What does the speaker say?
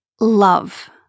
love